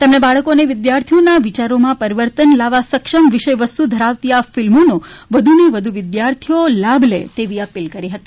તેમણે બાળકો વિદ્યાર્થીઓને વિયારોમાં પરીવર્તન લાવવા સક્ષમ વિષયવસ્તુ ધરાવતી આ ફિલ્મોનો વધુને વધુ વિદ્યાર્થીઓ લાભ લે તેવી અપીલ કરી હતી